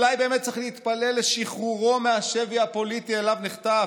אולי באמת צריך להתפלל לשחרורו מהשבי הפוליטי שאליו נחטף.